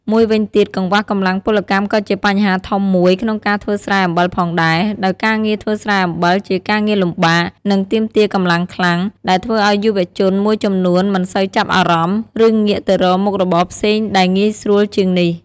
មួយវិញទៀតកង្វះកម្លាំងពលកម្មក៏ជាបញ្ហាធំមួយក្នុងការធ្វើស្រែអំបិលផងដែរ ដោយការងារធ្វើស្រែអំបិលជាការងារលំបាក និងទាមទារកម្លាំងខ្លាំង ដែលធ្វើឱ្យយុវជនមួយចំនួនមិនសូវចាប់អារម្មណ៍ ឬងាកទៅរកមុខរបរផ្សេងដែលងាយស្រួលជាងនេះ។